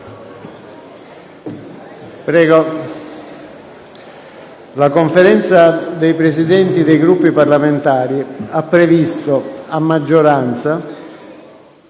lavori. La Conferenza dei Presidenti dei Gruppi parlamentari ha previsto, a maggioranza,